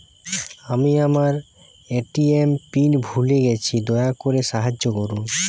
আমি আমার ATM PIN ভুলে গেছি, দয়া করে সাহায্য করুন